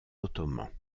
ottomans